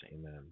Amen